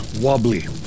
wobbly